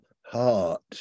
heart